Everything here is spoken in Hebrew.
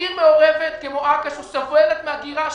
וגם לאור הקשיים שאתה העלית,